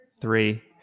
three